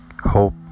hope